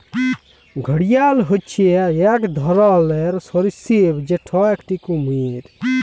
ঘড়িয়াল হচ্যে এক ধরলর সরীসৃপ যেটা একটি কুমির